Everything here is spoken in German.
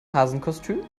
hasenkostüm